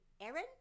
Erin